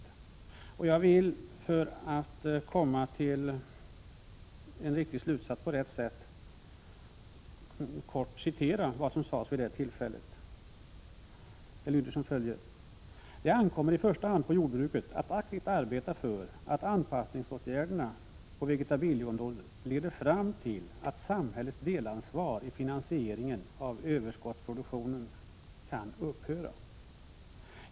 För att man skall kunna komma till en riktig slutsats vill jag här citera ett kort avsnitt ur betänkandet: ”Det ankommer i första hand på jordbruket att aktivt arbeta för att anpassningsåtgärderna på vegetabilieområdet leder fram till att samhällets delansvar i finansieringen av överskottsproduktionen kan upphöra.